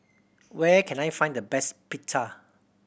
where can I find the best Pita